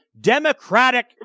Democratic